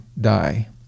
die